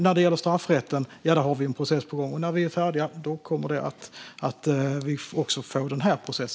När det gäller straffrätten har vi en process på gång, och när den är färdig kommer även detta att komma på plats.